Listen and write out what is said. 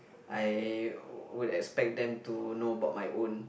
I would expect them to know about my own